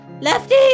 Lefty